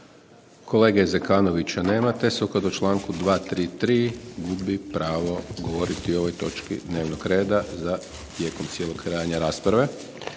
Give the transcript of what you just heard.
Kolege Zekanovića nema te sukladno članku 233. gubi pravo govoriti o ovoj točki dnevnog reda za, tijekom cijelog trajanja rasprave.